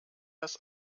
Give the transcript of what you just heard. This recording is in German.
das